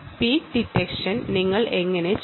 peak detection നിങ്ങൾ എങ്ങനെ ചെയ്യും